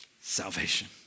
Salvation